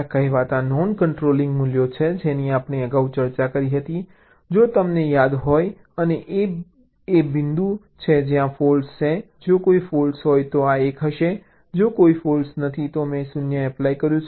આ કહેવાતા non controlling મૂલ્યો છે જેની આપણે અગાઉ ચર્ચા કરી હતી જો તમને યાદ હોય અને A એ બિંદુ છે જ્યાં ફૉલ્ટ છે જો કોઈ ફૉલ્ટ હોય તો આ 1 હશે જો કોઈ ફૉલ્ટ નથી તો મેં 0 એપ્લાય કર્યું છે